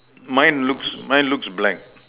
mine looks mine looks black